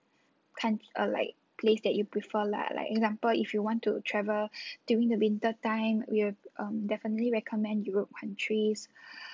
count~ uh like place that you prefer lah like example if you want to travel during the winter time we are um definitely recommend europe countries